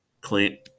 clint